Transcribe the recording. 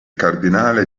cardinale